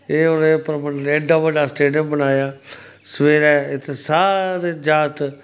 एह् उनै परमण्ड़ल एड़्ड़ा बड़्ड़ा स्टेडियम बनाया सवेरे इत्थै सारे जाग्त